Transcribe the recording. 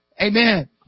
Amen